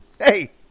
hey